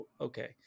Okay